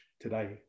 today